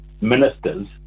ministers